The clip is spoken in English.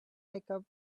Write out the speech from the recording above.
makeup